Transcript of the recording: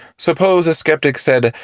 suppose a skeptic said,